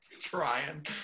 Trying